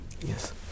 Yes